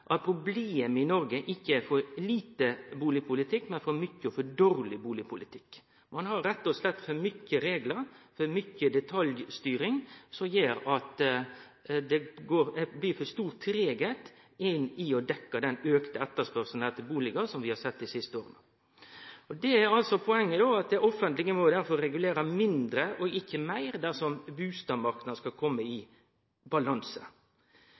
at problemet i Noreg ikkje er for lite bustadpolitikk, men for mykje og dårleg bustadpolitikk. Ein har rett og slett for mange reglar og for mykje detaljstyring, noko som gjer at det går for treigt med å dekkje den auka etterspurnaden etter bustader som vi har sett dei siste åra. Det er det som er poenget: Det offentlege må regulere mindre, ikkje meir, dersom bustadmarknaden skal kome i balanse.